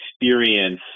experience